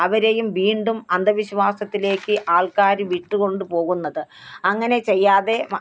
അവരെയും വീണ്ടും അന്ധവിശ്വാസത്തിലേക്ക് ആള്ക്കാർ വിട്ട് കൊണ്ടുപോകുന്നത് അങ്ങനെ ചെയ്യാതെ